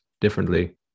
differently